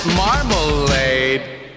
marmalade